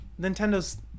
Nintendo's